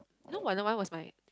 know Wanna-One was my